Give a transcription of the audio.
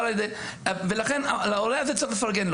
לכן להורה הזה צריך לפרגן.